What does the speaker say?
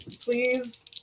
please